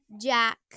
Jack